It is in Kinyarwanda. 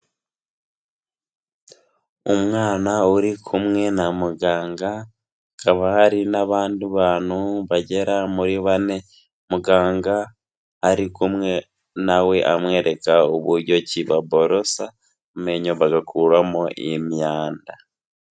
Umwana uri kumwe na muganga, hakaba hari n'abandi bantu bagera muri bane, muganga ari kumwe nawe amwereka uburyo ki baborosa amenyo bagakuramo imyanda.